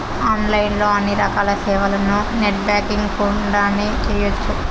online లో అన్ని రకాల సేవలను నెట్ బ్యాంకింగ్ గుండానే చేయ్యొచ్చు